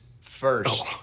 first